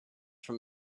from